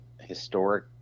historic